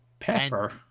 pepper